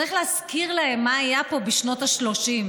צריך להזכיר להם מה היה פה בשנות ה-30.